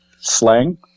slang